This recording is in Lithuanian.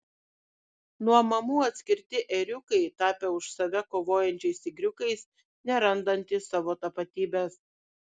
nuo mamų atskirti ėriukai tapę už save kovojančiais tigriukais nerandantys savo tapatybės